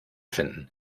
finden